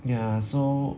ya so